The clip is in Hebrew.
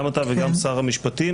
גם אתה וגם שר המשפטים,